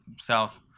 south